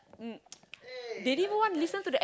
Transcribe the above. mm they didn't even wanna listen to the